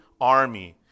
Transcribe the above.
army